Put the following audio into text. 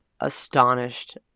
astonished